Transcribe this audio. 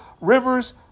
rivers